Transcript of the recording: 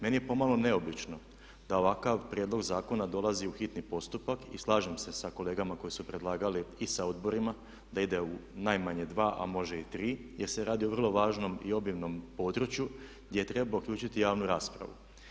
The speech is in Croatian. Meni je pomalo neobično da ovakav prijedlog zakona dolazi u hitni postupak i slažem se sa kolegama koji su predlagali i sa odborima da ide u najmanje dva, a može i tri jer se radi o vrlo važnom i obimnom području gdje treba uključiti javnu raspravu.